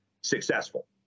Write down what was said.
successful